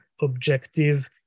objective